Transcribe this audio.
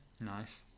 Nice